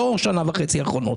לא בשנה וחצי האחרונות.